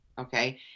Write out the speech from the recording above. Okay